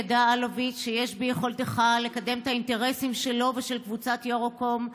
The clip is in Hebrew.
ידע אלוביץ' שיש ביכולתך לקדם את האינטרסים שלו ושל קבוצת יורוקום,